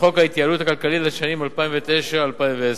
בחוק ההתייעלות הכלכלית לשנים 2009 ו-2010.